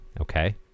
Okay